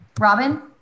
Robin